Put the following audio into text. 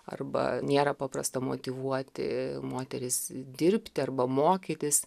arba nėra paprasta motyvuoti moteris dirbti arba mokytis